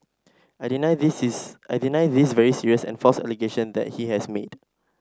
I deny this is I deny this very serious and false allegation that he has made